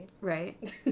Right